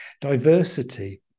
diversity